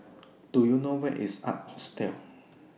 Do YOU know Where IS Ark Hostel